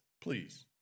Please